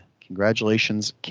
Congratulations